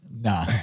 Nah